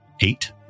eight